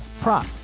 prop